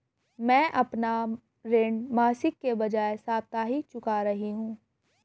मैं अपना ऋण मासिक के बजाय साप्ताहिक चुका रही हूँ